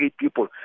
people